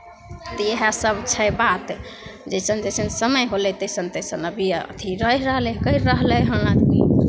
तऽ इएहसभ छै बात जइसन जइसन समय होलै तइसन तइसन अभी अथी रहि रहलै करि रहलै हन